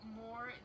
more